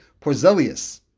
Porzelius